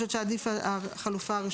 "(ד) המנהל יפרסם באתר האינטרנט של משרד